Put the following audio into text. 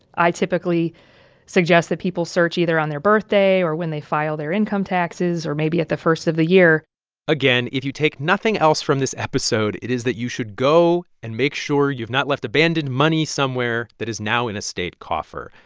i typically suggest that people search either on their birthday or when they file their income taxes or maybe at the first of the year again, if you take nothing else from this episode, it is that you should go and make sure you've not left abandoned money somewhere that is now in a state coffer.